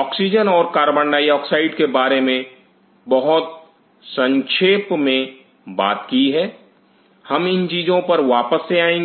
oxygen और carbon dioxide के बारे में बहुत संक्षेप में बात की है हम इन चीजों पर वापस से आएंगे